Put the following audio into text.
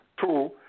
two